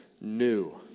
new